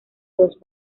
dos